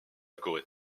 corée